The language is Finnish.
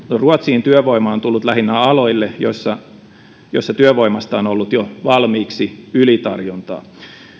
ruotsiin työvoimaa on tullut lähinnä aloille joilla työvoimasta on ollut jo valmiiksi ylitarjontaa